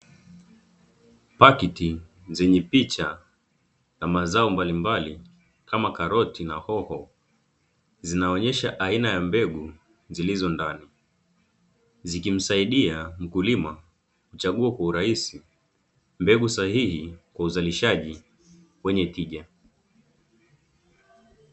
Pakiti zenye picha ya mazao mbalimbali kama karoti na hoho, zinaonyesha aina ya mbegu zilizo ndani. Zikimsaidia mkulima kuchagua kwa urahisi mbegu sahihi kwa uzalishaji wenye tija.